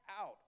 out